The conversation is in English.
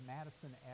Madison